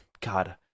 god